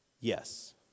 yes